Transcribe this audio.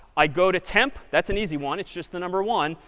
i go to temp. that's an easy one. it's just the number one.